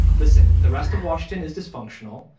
listen, the rest of washington is dysfunctional,